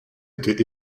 était